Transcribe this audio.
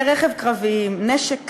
כלי רכב קרביים, נשק קל,